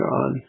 on